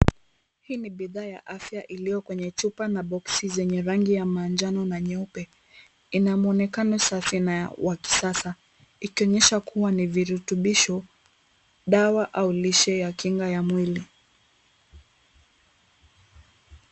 Hii ni bidhaa ya afya iliyo kwenye chupa na boksi zenye rangi ya manjano na nyeupe. Ina mwonekano safi na wa kisasa, ikionyesha kwamba ni virutubisho, dawa au lishe ya kinga ya mwili.